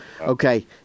okay